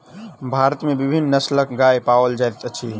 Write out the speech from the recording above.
भारत में विभिन्न नस्लक गाय पाओल जाइत अछि